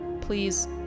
Please